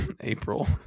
April